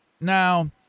Now